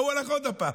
מה הוא הולך עוד פעם?